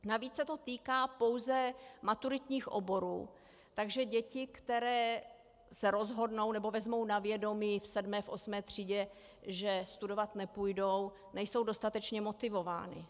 Navíc se to týká pouze maturitních oborů, takže děti, které se rozhodnou nebo vezmou na vědomí v sedmé osmé třídě, že studovat nepůjdou, nejsou dostatečně motivovány.